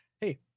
hey